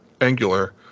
Angular